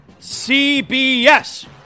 CBS